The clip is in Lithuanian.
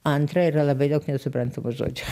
antra yra labai daug nesuprantamų žodžių